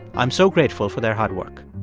i'm so grateful for their hard work